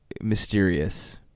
mysterious